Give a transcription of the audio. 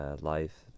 life